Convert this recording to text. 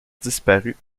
disparu